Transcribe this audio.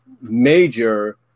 major